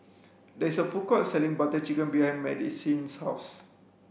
there is a food court selling Butter Chicken behind Madisyn's house